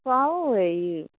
চাও